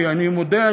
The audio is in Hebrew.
כי אני מודה,